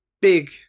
big